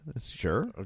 Sure